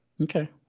okay